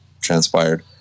transpired